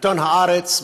עיתון "הארץ",